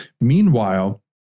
Meanwhile